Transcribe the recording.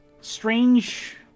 strange